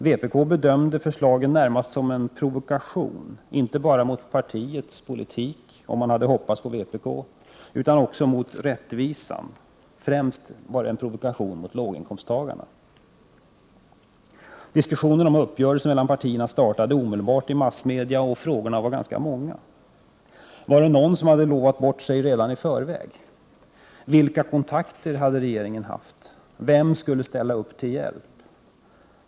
Vpk bedömde förslagen närmast som en provokation, inte bara mot vårt partis politik — om man nu hade hoppats på vpk och rättvisan, utan främst mot låginkomsttagarna. Diskussionerna om uppgörelser mellan partierna startade omedelbart i massmedia. Frågorna var ganska många: — Var det någon som lovat bort sig redan i förväg? — Vilka kontakter hade regeringen haft? — Vem skulle ställa upp till hjälp?